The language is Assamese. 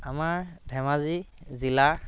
আমাৰ ধেমাজি জিলাৰ